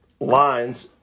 lines